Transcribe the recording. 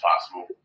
possible